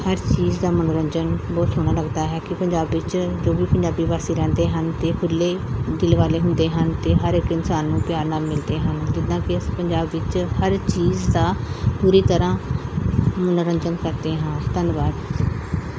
ਹਰ ਚੀਜ਼ ਦਾ ਮਨੋਰੰਜਨ ਬਹੁਤ ਸੋਹਣਾ ਲੱਗਦਾ ਹੈ ਕਿ ਪੰਜਾਬ ਵਿੱਚ ਜੋ ਵੀ ਪੰਜਾਬੀ ਵਾਸੀ ਰਹਿੰਦੇ ਹਨ ਅਤੇ ਖੁੱਲ੍ਹੇ ਦਿਲ ਵਾਲੇ ਹੁੰਦੇ ਹਨ ਅਤੇ ਹਰ ਇੱਕ ਇਨਸਾਨ ਨੂੰ ਪਿਆਰ ਨਾਲ ਮਿਲਦੇ ਹਨ ਜਿੱਦਾਂ ਕਿ ਅਸੀਂ ਪੰਜਾਬ ਵਿੱਚ ਹਰ ਚੀਜ਼ ਦਾ ਪੂਰੀ ਤਰ੍ਹਾਂ ਮਨੋਰੰਜਨ ਕਰਦੇ ਹਾਂ ਧੰਨਵਾਦ